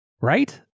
Right